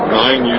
nine